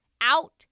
Out